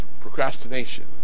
procrastination